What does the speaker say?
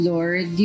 Lord